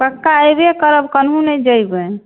पक्का अएबै करब कनहू नहि जेबै